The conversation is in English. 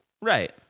Right